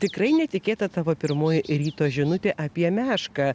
tikrai netikėta tavo pirmoji ryto žinutė apie mešką